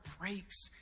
breaks